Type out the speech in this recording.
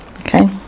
Okay